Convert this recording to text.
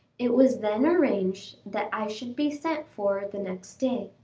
it was then arranged that i should be sent for the next day.